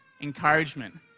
Encouragement